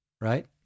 right